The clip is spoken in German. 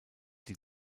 die